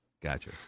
Gotcha